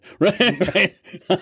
Right